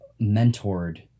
mentored